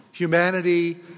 Humanity